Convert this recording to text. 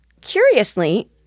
Curiously